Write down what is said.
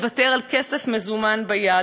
לוותר על כסף מזומן ביד